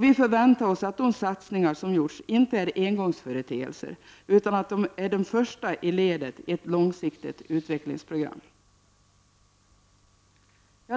Vi förväntar oss att de satsningar som gjorts inte är engångsföreteelser, utan att de är de första ledet i ett långsiktigt utvecklingsprogram.